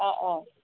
অঁ অঁ